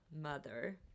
mother